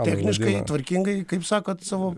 techniškai tvarkingai kaip sakot savo